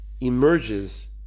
emerges